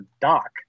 doc